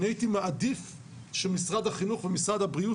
אני הייתי מעדיף שמשרד החינוך או משרד הבריאות